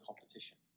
competition